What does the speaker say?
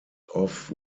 off